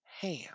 ham